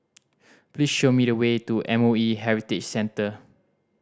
please show me the way to M O E Heritage Centre